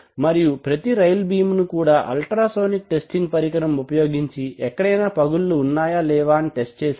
మరియు ప్రతి రైలు బీమ్ ను కూడా అల్ట్రా సోనిక్ టెస్టింగ్ పరికరం ఉపయోగించి ఎక్కడైనా పగుళ్లు ఉన్నాయా లేవా అని టెస్ట్ చేశారు